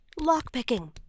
Lockpicking